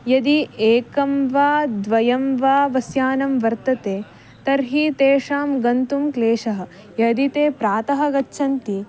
यदि एकं वा द्वयं वा बस्यानं वर्तते तर्हि तेषां गन्तुं क्लेशः यदि ते प्रातः गच्छन्ति